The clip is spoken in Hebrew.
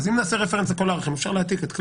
אז אם נעשה רפרנס לכל הערכים אז אפשר להעתיק את כל